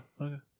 okay